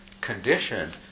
Conditioned